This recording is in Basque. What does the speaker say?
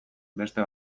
beste